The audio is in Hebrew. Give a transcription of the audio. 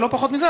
ולא פחות מזה,